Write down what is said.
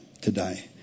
today